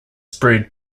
spread